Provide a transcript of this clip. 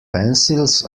pencils